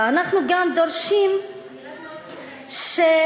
ואנחנו גם דורשים, את נראית מאוד סובלת.